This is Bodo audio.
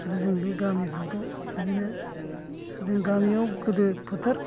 आरो जों बे गामिफ्राव थ' बिदिनो जों गामियाव गिदिर फोथार